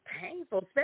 painful